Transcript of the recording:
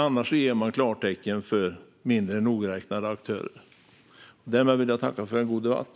Annars ger man klartecken för mindre nogräknade aktörer. Därmed vill jag tacka för en god debatt.